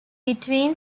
between